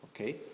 okay